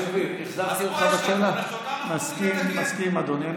אז פה, אני מסכים עם אדוני.